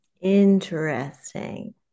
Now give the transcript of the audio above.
Interesting